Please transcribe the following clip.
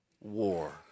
war